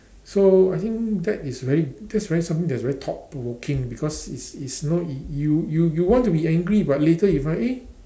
so I think that is really that's really something that's very thought provoking because is is know you you you want to be angry but later you find eh